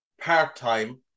part-time